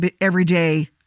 everyday